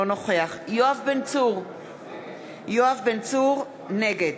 אינו נוכח יואב בן צור, נגד